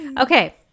okay